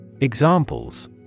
Examples